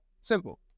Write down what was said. Simple